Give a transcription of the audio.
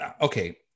okay